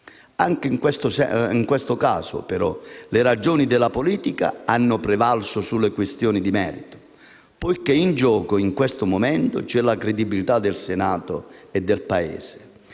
Anche in questo caso, però, le ragioni della politica hanno prevalso sulle questioni di merito, poiché in gioco in questo momento c'è la credibilità del Senato e del Paese.